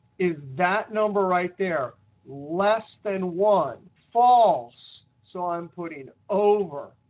is that number right there less than one? false, so i'm putting over.